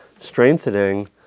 strengthening